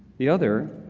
the other,